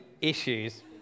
issues